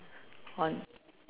on